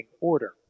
order